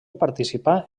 participà